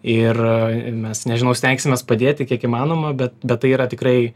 ir mes nežinau stengsimės padėti kiek įmanoma bet bet tai yra tikrai